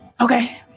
Okay